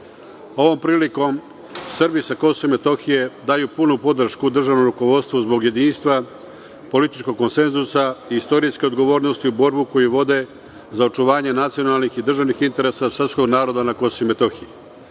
prilikom Srbi sa Kosova i Metohije daju punu podršku državnom rukovodstvu zbog jedinstva, političkog konsenzusa i istorijske odgovornosti u borbi koju vode za očuvanje nacionalnih i državnih interesa srpskog naroda na Kosovu i Metohiji.